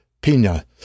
Pina